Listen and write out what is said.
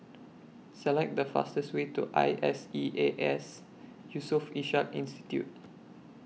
Select The fastest Way to I S E A S Yusof Ishak Institute